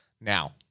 Now